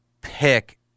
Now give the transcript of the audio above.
pick